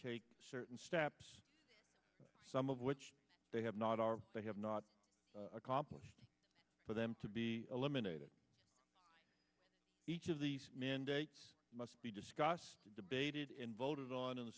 take certain steps some of which they have not are they have not accomplished for them to be eliminated each of these mandates must be discussed and debated and voted on in the